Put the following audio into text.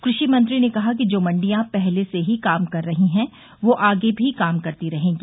कृषि मंत्री ने कहा कि जो मंडियां पहले से ही काम कर रही हैं वो आगे भी काम करती रहेंगी